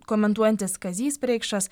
komentuojantis kazys preikšas